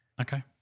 Okay